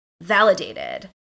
validated